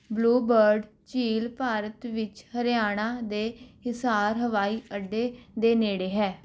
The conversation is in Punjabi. ਬਲੂ ਬਰਡ ਝੀਲ ਭਾਰਤ ਵਿੱਚ ਹਰਿਆਣਾ ਦੇ ਹਿਸਾਰ ਹਵਾਈ ਅੱਡੇ ਦੇ ਨੇੜੇ ਹੈ